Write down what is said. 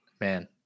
Man